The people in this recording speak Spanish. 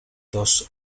dos